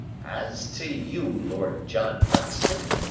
as to you, lord john roxton,